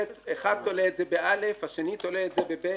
אחד תולה את זה ב-א', השני תולה את זה ב-ב'.